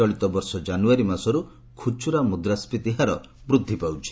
ଚଳିତ ବର୍ଷ ଜାନୁଆରୀ ମାସରୁ ଖୁଚୁରା ମୁଦ୍ରାସ୍କିତିହାର ବୃଦ୍ଧି ପାଉଛି